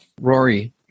Rory